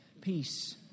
peace